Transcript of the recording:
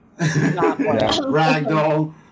Ragdoll